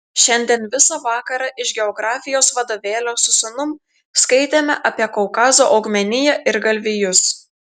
šiandien visą vakarą iš geografijos vadovėlio su sūnum skaitėme apie kaukazo augmeniją ir galvijus